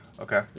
Okay